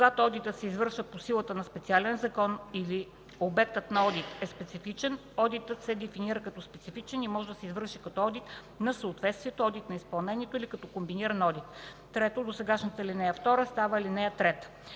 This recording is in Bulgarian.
Когато одитът се извършва по силата на специален закон или обектът на одит е специфичен, одитът се дефинира като специфичен и може да се извърши като одит за съответствие, одит на изпълнението или като комбиниран одит.” 3. Досегашната ал. 2 става ал.